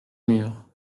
murs